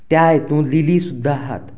त्या हितूंत लिलीं सुद्दां आसात